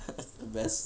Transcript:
the best